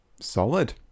Solid